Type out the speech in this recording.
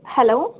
hello